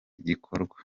gikorwa